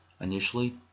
initially